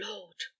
Lord